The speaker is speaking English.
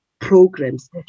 programs